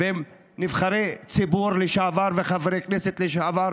ועם נבחרי ציבור לשעבר וחברי כנסת לשעבר,